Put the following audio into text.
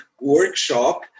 workshop